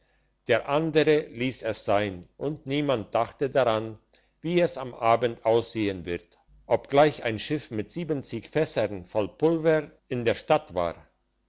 der andere liess es sein und niemand dachte daran wie es am abend aussehen wird obgleich ein schiff mit siebenzig fässern voll pulver in der stadt war